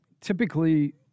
typically